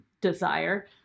desire